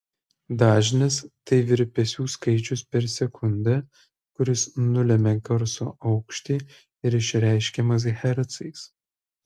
dažnis tai virpesių skaičius per sekundę kuris nulemia garso aukštį ir išreiškiamas hercais